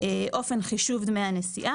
אופן חישוב דמי הנסיעה